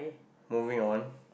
moving on